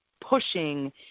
pushing